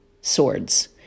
swords